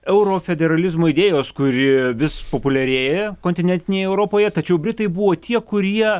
eurofederalizmo idėjos kuri vis populiarėja kontinentinėje europoje tačiau britai buvo tie kurie